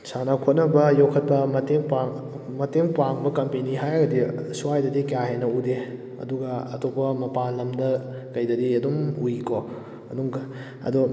ꯁꯥꯟꯅ ꯈꯣꯠꯅꯕ ꯌꯣꯛꯈꯠꯄ ꯃꯇꯦꯡ ꯃꯇꯦꯡ ꯄꯥꯡꯕ ꯀꯝꯄꯦꯅꯤ ꯍꯥꯏꯔꯒꯗꯤ ꯁ꯭ꯋꯥꯏꯗꯗꯤ ꯀꯥ ꯍꯦꯟꯅ ꯎꯗꯦ ꯑꯗꯨꯒ ꯑꯇꯣꯞꯄ ꯃꯄꯥꯟ ꯂꯝꯗ ꯀꯩꯗꯗꯤ ꯑꯗꯨꯝ ꯎꯏ ꯀꯣ ꯑꯗꯨꯝ ꯑꯗꯣ